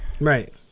Right